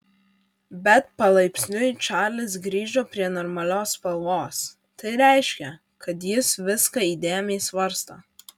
bet palaipsniui čarlis grįžo prie normalios spalvos tai reiškė kad jis viską įdėmiai svarsto